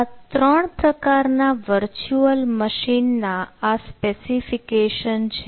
આ ત્રણ પ્રકારના વર્ચ્યુઅલ મશીન ના આ સ્પેસિફિકેશન છે